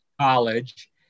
college